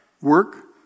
work